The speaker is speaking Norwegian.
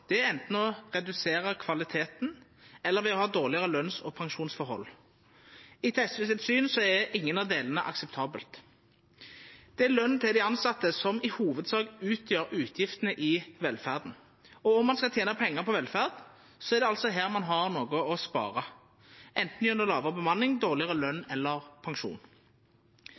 Det er enten ved å redusera kvaliteten eller ved å ha dårlegare løns- og pensjonsvilkår. Etter SV sitt syn er ingen av delane akseptabelt. Det er løn til dei tilsette som i hovudsak utgjer utgiftene i velferda. Om ein skal tena pengar på velferd, er det her ein har noko å spara, gjennom enten lågare bemanning, dårlegare løn eller pensjon.